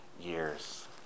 years